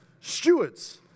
stewards